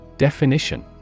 Definition